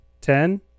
Ten